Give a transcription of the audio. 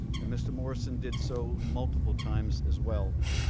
and mr. morrison did so multiple times as well.